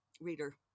reader